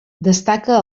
destaca